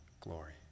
Glory